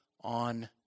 on